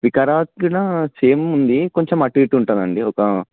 వికారాబాద్ కూడా సేమ్ ఉంది కొంచెం అటు ఇటు ఉంటుంది అండి ఒక